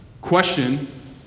Question